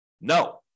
No